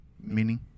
Meaning